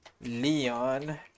Leon